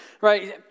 Right